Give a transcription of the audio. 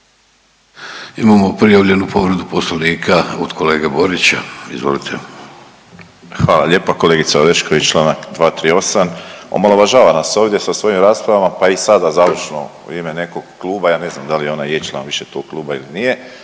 Imamo prijavljenu povredu poslovnika od kolege Borića. Izvolite. **Borić, Josip (HDZ)** Hvala lijepa. Kolegica Orešković čl. 238. omalovažava nas ovdje sa svojim raspravama pa i sada završno u ime nekog kluba, ja ne znam da li ona je član više tu kluba ili nije